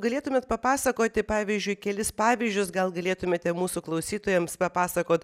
galėtumėt papasakoti pavyzdžiui kelis pavyzdžius gal galėtumėte mūsų klausytojams papasakot